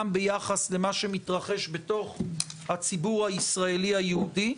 ביחס למה שמתרחש בתוך הציבור הישראלי היהודי,